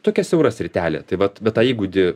tokia siaura sritelė tai vat bet tą įgūdį